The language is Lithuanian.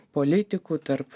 politikų tarp